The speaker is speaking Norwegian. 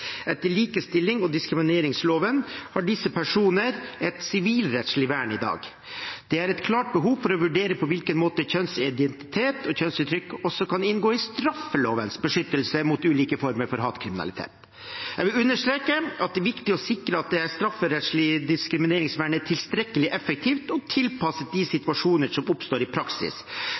i dag. Det er et klart behov for å vurdere på hvilken måte kjønnsidentitet og kjønnsuttrykk også kan inngå i straffelovens beskyttelse mot ulike former for hatkriminalitet. Jeg vil understreke at det er viktig å sikre at det strafferettslige diskrimineringsvernet er tilstrekkelig effektivt og tilpasset de situasjoner som oppstår i praksis.